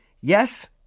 Yes